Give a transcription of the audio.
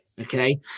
Okay